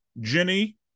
jenny